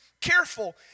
careful